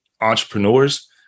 entrepreneurs